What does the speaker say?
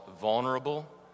vulnerable